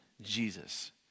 Jesus